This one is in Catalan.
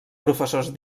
professors